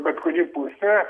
bet kuri pusė